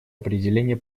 определения